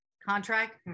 Contract